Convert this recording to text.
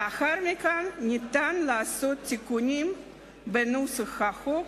לאחר מכן ניתן לעשות תיקונים בנוסח החוק